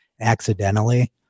accidentally